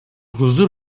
huzur